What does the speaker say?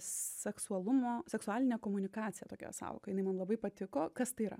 seksualumo seksualinė komunikacija tokia sąvoka man labai patiko kas tai yra